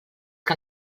que